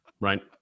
right